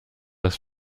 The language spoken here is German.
das